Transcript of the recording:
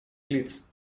лиц